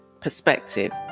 perspective